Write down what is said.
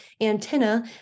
antenna